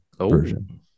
version